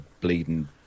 bleeding